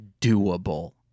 doable